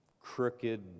crooked